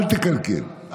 אל תקלקל.